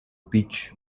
beach